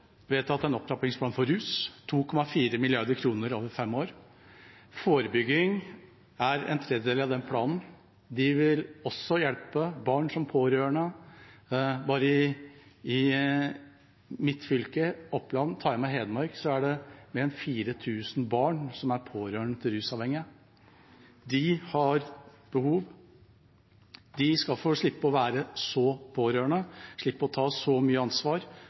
vedtatt en opptrappingsplan for rus – 2,4 mrd. kr over fem år. Forebygging er en tredjedel av den planen. Det vil også hjelpe barn som er pårørende. Bare i mitt fylke, Oppland, og i Hedmark er det til sammen mer enn 4 000 barn som er pårørende til rusavhengige. De har behov. De skal få slippe å være så pårørende, slippe å ta så mye ansvar.